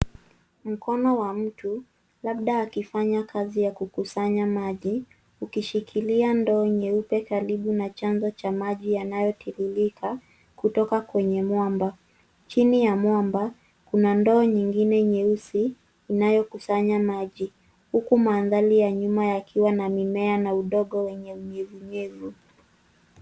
Mkono wa mtu labda akifanya kazi ya kukusanya maji ukishikilia ndoo nyeupe karibu na chanzo cha maji yanayotiririka kutoka kwenye mwamba. Chini ya mwamba kuna ndoo nyingine nyeusi inayokusanya maji huku mandhari ya nyuma yakiwa na mimea na udongo wenye unyevunyevu.